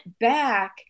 back